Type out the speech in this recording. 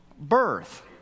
birth